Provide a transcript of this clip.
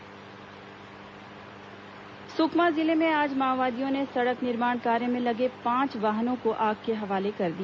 माओवादी आगजनी सुकमा जिले में आज माओवादियों ने सड़क निर्माण कार्य में लगे पांच वाहनों को आग के हवाले कर दिया